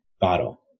bottle